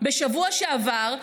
בשבוע שעבר,